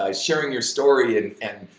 um sharing your story and, and